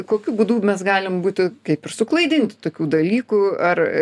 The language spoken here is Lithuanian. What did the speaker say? kokiu būdu mes galim būti kaip ir suklaidinti tokių dalykų ar